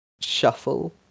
shuffle